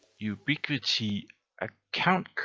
ubiquiti account.